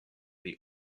the